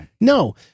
No